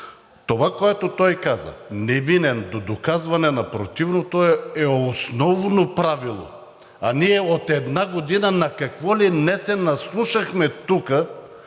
това, което той каза – невинен до доказване на противното, е основно правило, а ние от една година на какво ли не се наслушахме тук